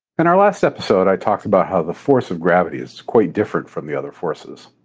in our last episode, i talked about how the force of gravity is quite different from the other forces.